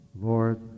Lord